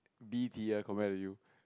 B tier compared to you